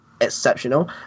exceptional